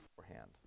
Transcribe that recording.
beforehand